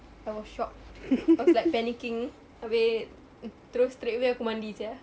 I was shocked I was like panicking habis terus straight away aku mandi sia